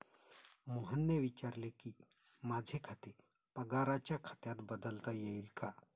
मोहनने विचारले की, माझे खाते पगाराच्या खात्यात बदलता येईल का